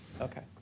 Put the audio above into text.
Okay